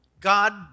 God